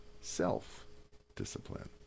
self-discipline